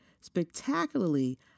spectacularly